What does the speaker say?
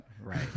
Right